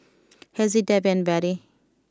Hezzie Debby and Bettie